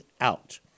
out